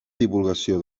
divulgació